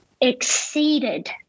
exceeded